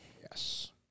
Yes